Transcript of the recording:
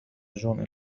جون